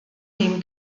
dem